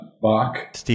Bach